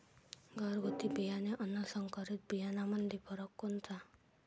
घरगुती बियाणे अन संकरीत बियाणामंदी फरक कोनचा?